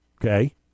okay